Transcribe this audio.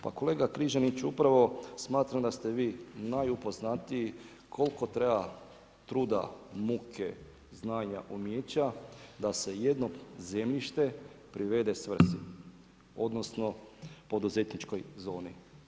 Pa kolega Križanić upravo smatram da ste vi najupoznatiji koliko treba truda, muke, znanja, umijeća da se jedno zemljište privede svrsi odnosno poduzetničkoj zoni.